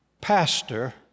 pastor